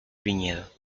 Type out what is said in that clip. viñedo